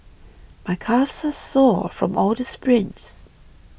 my calves are sore from all the sprints